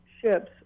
ships